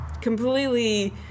completely